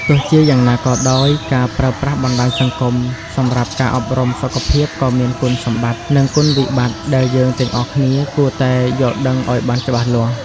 ទោះជាយ៉ាងណាក៏ដោយ ការប្រើប្រាស់បណ្តាញសង្គមសម្រាប់ការអប់រំសុខភាពក៏មានគុណសម្បត្តិ និងគុណវិបត្តិដែលយើងទាំងអស់គ្នាគួរតែយល់ដឹងឲ្យបានច្បាស់លាស់។